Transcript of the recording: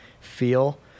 feel